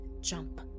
jump